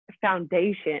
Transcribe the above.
foundation